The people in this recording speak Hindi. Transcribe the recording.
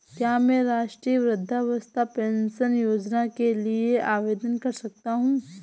क्या मैं राष्ट्रीय वृद्धावस्था पेंशन योजना के लिए आवेदन कर सकता हूँ?